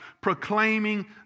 proclaiming